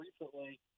recently